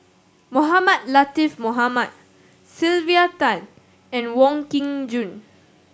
Mohamed Latiff Mohamed Sylvia Tan and Wong Kin Jong